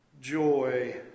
joy